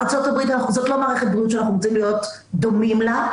ארצות הברית זו לא מערכת בריאות שאנחנו רוצים להיות דומים לה,